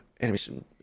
animation